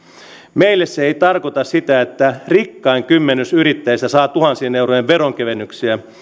meille se ei tarkoita sitä että rikkain kymmenys yrittäjistä saa tuhansien eurojen veronkevennyksiä